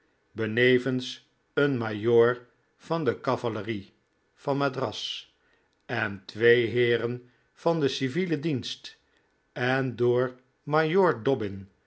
benevens een majoor van de cavalerie van madras en twee heeren van den civielen dienst en door